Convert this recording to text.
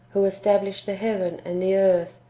who established the heaven and the earth,